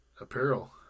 apparel